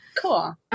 cool